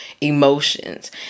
emotions